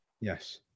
Yes